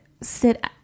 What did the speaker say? sit